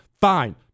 fine